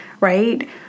right